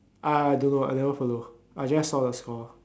ah I don't know I never follow I just saw the score